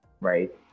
right